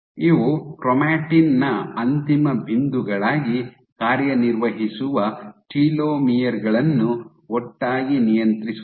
ಇವು ಕ್ರೊಮಾಟಿನ್ ನ ಅಂತಿಮ ಬಿಂದುಗಳಾಗಿ ಕಾರ್ಯನಿರ್ವಹಿಸುವ ಟೆಲೋಮಿಯರ್ ಗಳನ್ನು ಒಟ್ಟಾಗಿ ನಿಯಂತ್ರಿಸುತ್ತವೆ